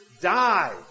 died